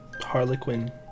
Harlequin